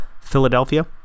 Philadelphia